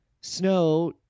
snow